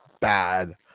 bad